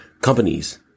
companies